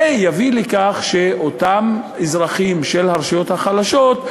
ויביא לכך שאותם אזרחים של הרשויות החלשות,